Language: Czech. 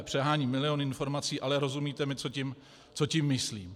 Přeháním, milion informací, ale rozumíte mi, co tím myslím.